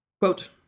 Quote